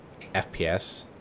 FPS